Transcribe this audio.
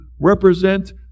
represent